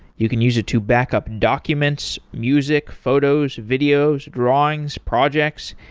you can use it to backup documents, music, photos, videos, drawings, projects,